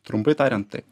trumpai tariant taip